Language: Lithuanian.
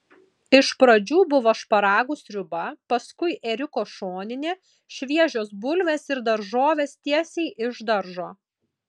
iš pradžių buvo šparagų sriuba paskui ėriuko šoninė šviežios bulvės ir daržovės tiesiai iš daržo